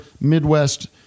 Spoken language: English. Midwest